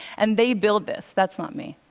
and they build this. that's not me.